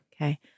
Okay